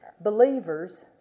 Believers